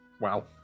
Wow